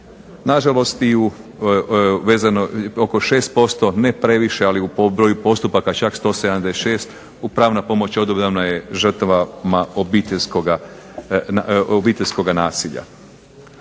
Na žalost i u, vezano, oko 6% ne previše, ali po broju postupaka čak 176 u pravna pomoć odobrena je žrtvama obiteljskoga nasilja.